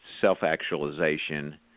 self-actualization